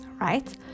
Right